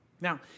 Now